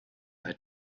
bei